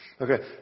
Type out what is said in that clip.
Okay